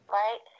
right